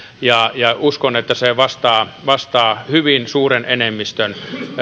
ja ja uskon että se vastaa vastaa hyvin suuren enemmistön